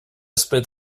spit